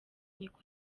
niko